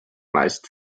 meist